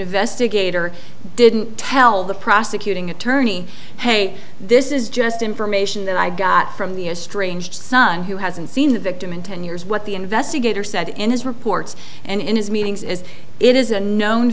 investigator didn't tell the prosecuting attorney hey this is just information that i got from the estranged son who hasn't seen the victim in ten years what the investigator said in his reports and in his meetings is it is a known